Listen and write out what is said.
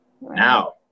now